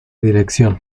dirección